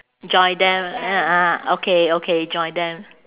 join them ah okay okay join them